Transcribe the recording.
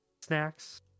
snacks